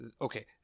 okay